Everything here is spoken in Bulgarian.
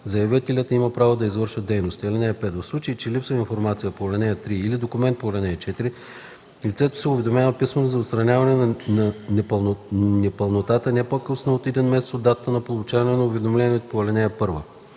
заявителят има право да извършва дейността. (5) В случай че липсва информация по ал. 3 или документ по ал. 4, лицето се уведомява писмено за отстраняване на непълнотата не по-късно от един месец от датата на получаване на уведомлението по ал. 1.